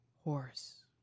horse